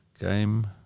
game